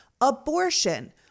abortion